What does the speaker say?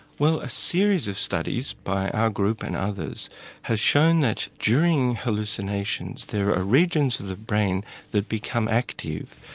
well a series of studies by our group and others has shown that during hallucinations there are regions of the brain that become active.